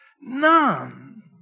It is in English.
none